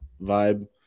vibe